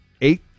Eight